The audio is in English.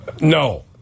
No